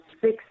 six